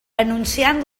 anunciant